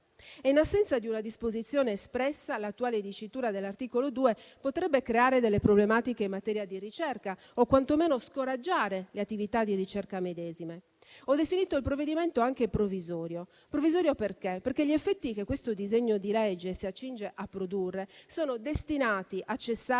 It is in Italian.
In assenza di una disposizione espressa, l'attuale dicitura dell'articolo 2 potrebbe creare problematiche in materia di ricerca o quantomeno scoraggiare le attività di ricerca medesime. Ho definito il provvedimento anche provvisorio, perché gli effetti che questo disegno di legge si accinge a produrre sono destinati a cessare